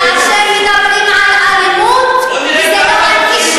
כאשר מדברים על אלימות, זה כיבוש